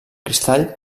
cristall